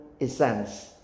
essence